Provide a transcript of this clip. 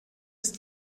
ist